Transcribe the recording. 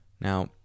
Now